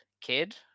Kid